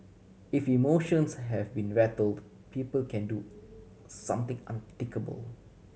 if emotions have been rattled people can do something unthinkable